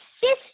sister